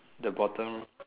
the bottom